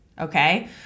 okay